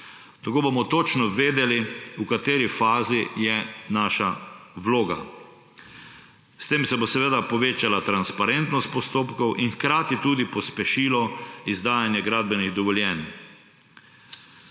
Tako bomo točno vedeli, v kateri fazi je naša vloga. S tem se bo seveda povečala transparentnost postopkov in hkrati tudi pospešilo izdajanje gradbenih dovoljenj.